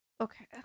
okay